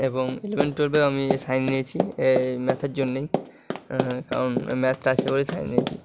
এবং ইলেভেন টুয়েলভে আমি সায়েন্স নিয়েছি এই ম্যাথের জন্যই কারণ ম্যাথটা আছে বলেই সায়েন্স নিয়েছি